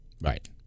Right